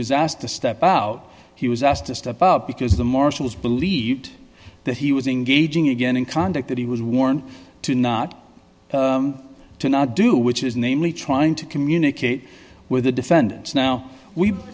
was asked to step out he was asked to step up because the marshals believed that he was engaging again in conduct that he was warned to not to not do which is namely trying to communicate with the defendants now we've